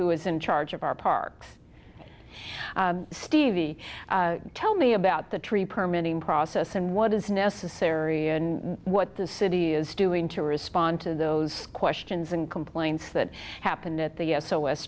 who is in charge of our parks stevie tell me about the tree permit in process and what is necessary and what the city is doing to respond to those questions and complaints that happened at the s